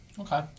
Okay